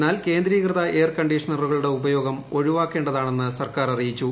എന്നാൽ കേന്ദ്രീകൃത എയർ കണ്ടീഷണറുകളുടെ ഉപയോഗം ഒഴിവാക്കേണ്ടതാണെന്ന് സർക്കാർ അറിയിച്ചു